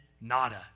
nada